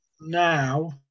now